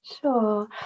Sure